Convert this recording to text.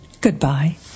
Goodbye